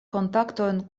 kontaktojn